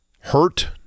hurt